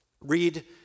read